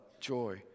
joy